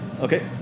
Okay